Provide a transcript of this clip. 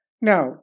Now